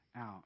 out